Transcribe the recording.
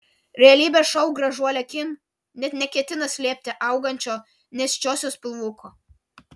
realybės šou gražuolė kim net neketina slėpti augančio nėščiosios pilvuko